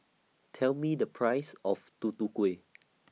Tell Me The Price of Tutu Kueh